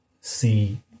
see